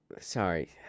Sorry